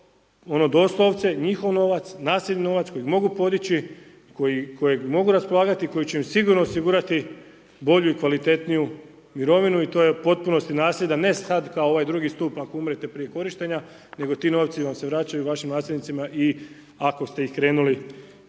ono doslovce njihov novac, nasljedni novac koji mogu podići, kojeg mogu raspolagati, kojeg mogu raspolagati, koji će im sigurno osigurati bolju i kvalitetniju mirovinu i to je u potpunosti nasljed a ne sad kao ovaj drugi stup ako umrete prije korištenja nego ti novci vam se vraćaju, vašim nasljednicima i ako ste ih krenuli